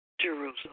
Jerusalem